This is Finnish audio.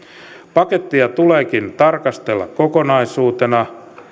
pakettia tuleekin tarkastella kokonaisuutena